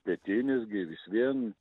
pietinis gi vis vien